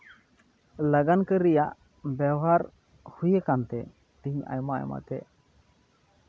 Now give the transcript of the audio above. ᱞᱟᱜᱟᱱ ᱠᱟᱹᱨᱤ ᱨᱮᱭᱟᱜ ᱵᱮᱣᱦᱟᱨ ᱦᱩᱭ ᱟᱠᱟᱱᱛᱮ ᱛᱮᱦᱤᱧ ᱟᱭᱢᱟ ᱟᱭᱢᱟ ᱛᱮ